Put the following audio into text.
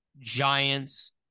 Giants